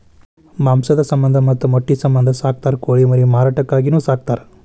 ಮಾಂಸದ ಸಮಂದ ಮತ್ತ ಮೊಟ್ಟಿ ಸಮಂದ ಸಾಕತಾರ ಕೋಳಿ ಮರಿ ಮಾರಾಟಕ್ಕಾಗಿನು ಸಾಕತಾರ